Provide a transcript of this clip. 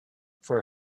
for